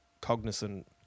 cognizant